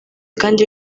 kandi